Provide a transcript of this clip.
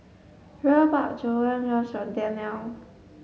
Rhea bought Gogan Josh for Danelle